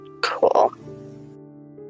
Cool